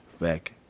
Back